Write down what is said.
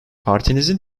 partinizin